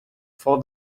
for